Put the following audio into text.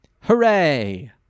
Hooray